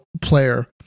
player